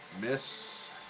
Miss